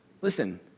Listen